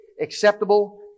acceptable